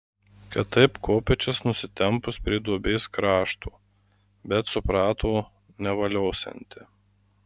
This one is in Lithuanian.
kad taip kopėčias nusitempus prie duobės krašto bet suprato nevaliosianti